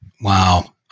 Wow